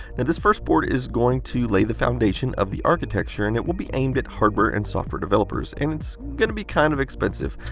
and this first board is going to lay the foundation of the architecture and it will be aimed at hardware and software developers. and it's going to be kind of expensive.